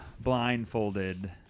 blindfolded